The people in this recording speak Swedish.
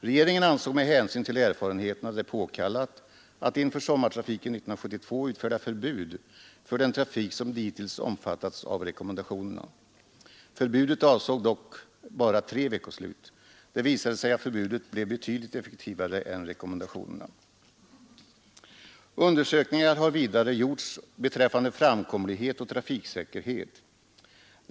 Regeringen ansåg det med hänsyn till erfarenheterna påkallat att inför sommartrafiken 1972 utfärda förbud för den trafik som dittills omfattats av rekommendationerna. Förbudet avsåg dock bara tre veckoslut. Det visade sig att förbudet blev betydligt effektivare än rekommendationerna. Undersökningar har vidare gjorts beträffande framkomlighet och trafiksäkerhet.